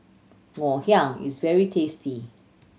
Ngoh Hiang is very tasty